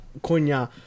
Konya